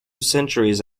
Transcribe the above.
centuries